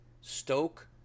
Stoke